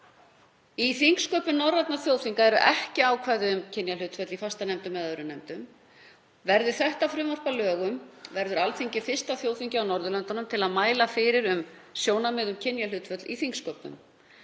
Í þingsköpum norrænna þjóðþinga eru ekki ákvæði um kynjahlutföll í fastanefndum eða öðrum nefndum. Verði frumvarpið að lögum verður Alþingi fyrsta þjóðþingið á Norðurlöndum til að mæla fyrir um sjónarmið um kynjahlutföll í þingsköpum.